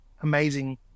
amazing